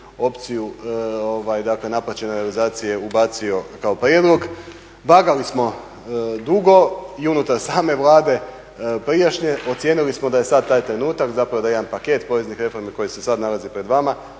opciju dakle naplaćene realizacije ubacio kao prijedlog. Vagali smo dugo i unutar same Vlade prijašnje, ocijenili smo da je sad taj trenutak, zapravo da jedan paket poreznih reformi koji se sad nalazi pred vama